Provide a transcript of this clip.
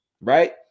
right